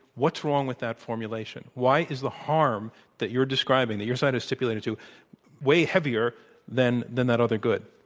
what's wrong with that formulation? why is the harm that you're describing that your side has stipulated to weigh heavier than than that other good?